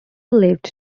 lived